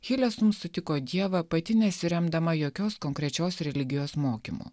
hilesum sutiko dievą pati nesiremdama jokios konkrečios religijos mokymu